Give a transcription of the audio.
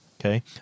Okay